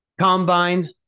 combine